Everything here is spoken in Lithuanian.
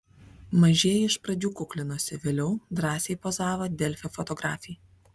mažieji iš pradžių kuklinosi vėliau drąsiai pozavo delfi fotografei